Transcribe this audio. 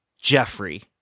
Jeffrey